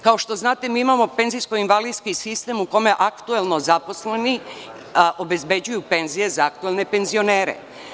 Kao što znate, mi imamo penzijsko invalidski sistem u kome aktuelno zaposleni obezbeđuju penzije za aktuelne penzionere.